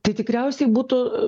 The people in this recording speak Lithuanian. tai tikriausiai būtų